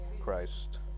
Christ